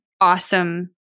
awesome